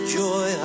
joy